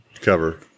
cover